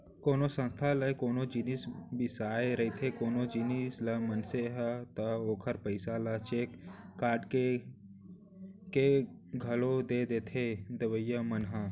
कोनो संस्था ले कोनो जिनिस बिसाए रहिथे कोनो जिनिस ल मनसे ह ता ओखर पइसा ल चेक काटके के घलौ दे देथे देवइया मन ह